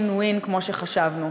בבקשה.